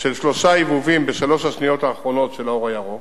של שלושה הבהובים בשלוש השניות האחרונות של האור הירוק.